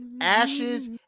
ashes